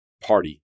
party